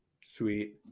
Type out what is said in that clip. Sweet